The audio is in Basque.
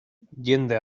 jende